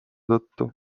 tõttu